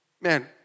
man